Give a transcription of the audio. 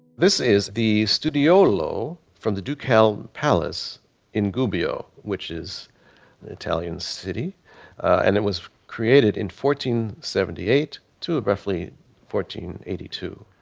this is the studio lowe from the duke hall palace in cuba which is an italian city and it was created in fourteen seventy eight to a roughly fourteen eighty two.